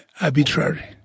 arbitrary